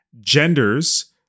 genders